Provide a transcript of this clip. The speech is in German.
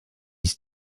ist